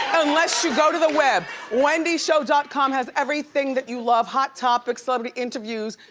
unless you go to the web. wendyshow dot com has everything that you love, hot topics, celebrity interviews,